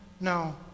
no